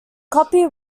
copy